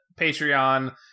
Patreon